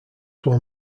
one